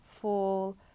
fall